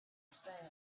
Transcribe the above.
sand